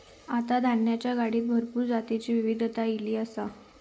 आता धान्याच्या गाडीत भरपूर जातीची विविधता ईली आसा